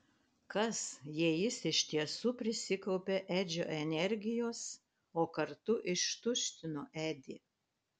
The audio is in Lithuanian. kas jei jis iš tiesų prisikaupė edžio energijos o kartu ištuštino edį